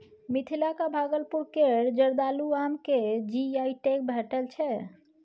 मिथिलाक भागलपुर केर जर्दालु आम केँ जी.आई टैग भेटल छै